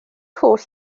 holl